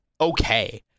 okay